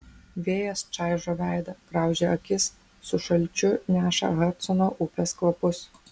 vėjas čaižo veidą graužia akis su šalčiu neša hadsono upės kvapus